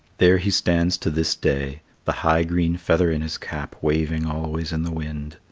there he stands to this day, the high green feather in his cap waving always in the wind.